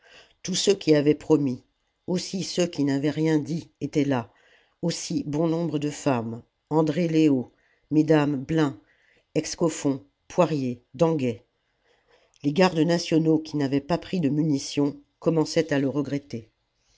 tous ceux qui avaient promis aussi ceux qui n'avaient rien dit étaient là aussi bon nombre de femmes andrée leo mesdames blin excoffons poirier danguet les gardes nationaux qui n'avaient pas pris de munitions commençaient à le regretter